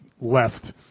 left